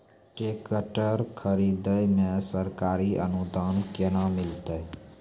Tractor खरीदै मे सरकारी अनुदान केना मिलतै?